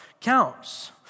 counts